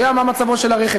יודע מה מצבו של הרכב,